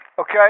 Okay